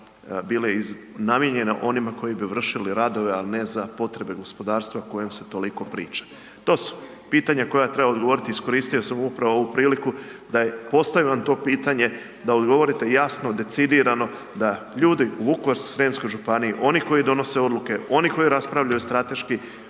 bile namijenjene onima koji bi vršili radove, ali ne za potrebe gospodarstva o kojem se toliko priča? To su pitanja koja treba odgovoriti. Iskoristio sam upravo ovu priliku da postavim vam to pitanje, da odgovorite jasno, decidirano, da ljudi u Vukovarsko-srijemskoj županiji oni koji donose odluke, oni koji raspravljaju strateški